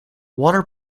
water